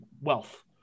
wealth